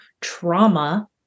trauma